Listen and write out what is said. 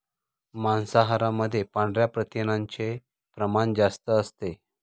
मांसाहारामध्ये पांढऱ्या प्रथिनांचे प्रमाण जास्त असते